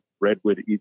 redwood